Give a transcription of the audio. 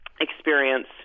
experience